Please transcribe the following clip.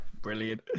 Brilliant